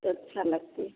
अच्छा लगती